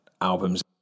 albums